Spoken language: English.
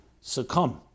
succumb